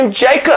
Jacob